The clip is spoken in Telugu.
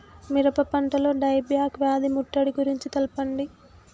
మిరప పంటలో డై బ్యాక్ వ్యాధి ముట్టడి గురించి తెల్పండి?